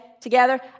Together